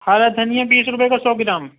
ہرا دھنیا بیس روپئے کا سو گرام